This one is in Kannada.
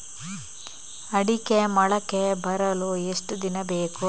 ಅಡಿಕೆ ಮೊಳಕೆ ಬರಲು ಎಷ್ಟು ದಿನ ಬೇಕು?